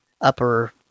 upper